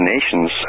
Nations